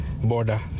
border